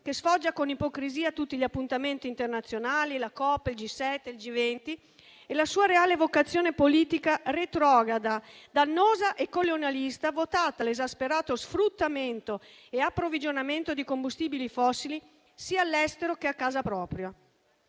che sfoggia con ipocrisia in tutti gli appuntamenti internazionali (la COP, il G7 e il G20) e la sua reale vocazione politica retrograda, dannosa e colonialista, votata all'esasperato sfruttamento e approvvigionamento di combustibili fossili sia all'estero che a casa propria.